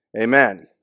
Amen